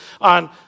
on